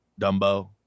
Dumbo